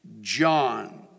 John